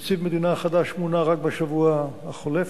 נציב שירות המדינה חדש מונה רק בשבוע החולף,